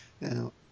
Now